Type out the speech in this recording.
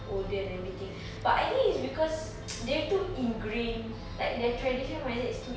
older and everything but I think it's because they're too ingrained like their traditional values is too